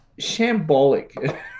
Shambolic